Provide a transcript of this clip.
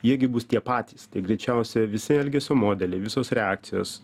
jie gi bus tie patys tai greičiausiai visi elgesio modeliai visos reakcijos